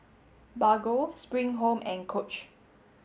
Bargo Spring Home and Coach